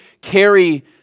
carry